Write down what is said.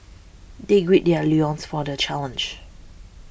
they gird their loins for the challenge